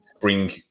bring